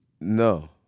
No